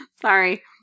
Sorry